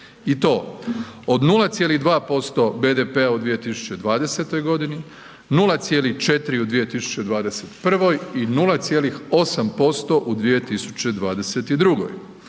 i to od 0,2% BDP-a u 2020., 0,4 u 2021. i 0,8% u 2022. uz